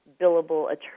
billable